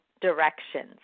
directions